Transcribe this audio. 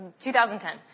2010